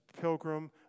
pilgrim